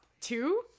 two